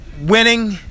Winning